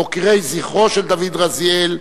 מוקירי זכרו של דוד רזיאל,